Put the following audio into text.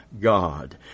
God